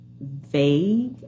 vague